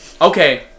Okay